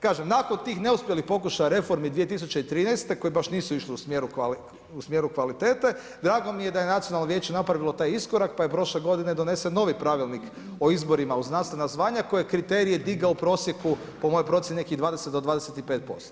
Kažem, nakon tih neuspjelih pokušaja reformi 2013. koje baš nisu išle u smjeru kvalitete, drago mi je da je nacionalno vijeće napravilo taj iskorak, pa je prošle godine donesen novi pravilnik o izborima u znanstvena zvanja koje je kriterije je digao u prosjeku po mojoj procjeni nekih 20 do 25%